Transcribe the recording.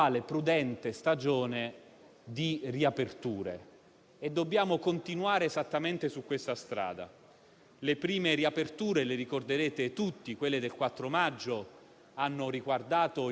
è che il sistema di monitoraggio che abbiamo costruito, e che in modo particolare l'Istituto superiore di sanità ha messo in campo insieme al Ministero della salute, in strettissimo coordinamento con le Regioni,